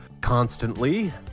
constantly